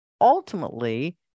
ultimately